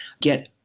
get